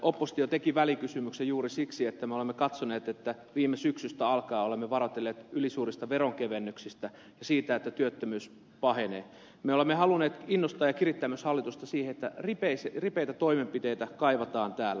oppositio teki välikysymyksen juuri siksi että viime syksystä alkaen olemme varoitelleet ylisuurista veronkevennyksistä ja siitä että työttömyys pahenee ja me olemme halunneet innostaa ja kirittää myös hallitusta siksi että ripeitä toimenpiteitä kaivataan täällä